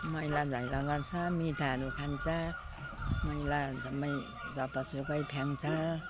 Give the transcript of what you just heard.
मैलाधैला गर्छ मिठाईहरू खान्छ मैला जम्मै जतासुकै फ्याँक्छ